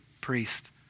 priest